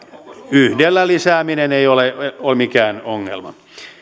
yhdellä lisääminen ei ole ole mikään ongelma